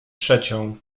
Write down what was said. trzecią